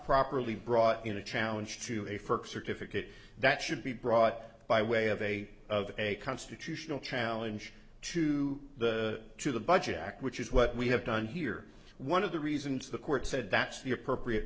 properly brought in a challenge to a first certificate that should be brought by way of a of a constitutional challenge to the to the budget act which is what we have done here one of the reasons the court said that's the appropriate